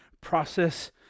process